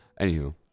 Anywho